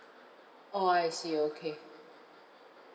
oh I see okay